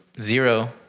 zero